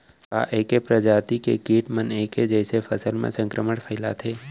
का ऐके प्रजाति के किट मन ऐके जइसे फसल म संक्रमण फइलाथें?